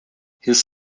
his